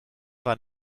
war